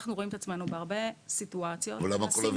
אנחנו רואים את עצמנו בהרבה סיטואציות -- אבל למה כול